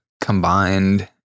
combined